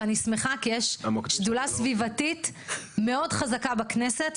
ואני שמחה כי יש שדולה סביבתית מאוד חזקה בכנסת,